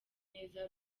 neza